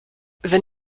wenn